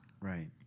Right